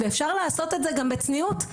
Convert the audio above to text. ואפשר לעשות את זה גם בצניעות,